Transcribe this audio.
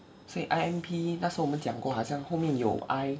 所以 I M P 那时候我们讲过好像后面有 I